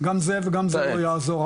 גם זה וגם זה לא יעזור,